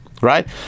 right